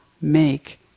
make